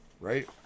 right